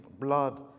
blood